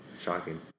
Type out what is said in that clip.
Shocking